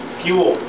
fuel